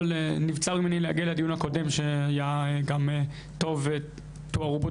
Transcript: נבצר ממני להגיע לדיון הקודם שתוארו בו